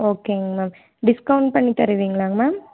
ஓகேங்க ma'am discount பண்ணித் தருவீங்களாங்க மேம்